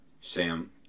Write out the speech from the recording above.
Sam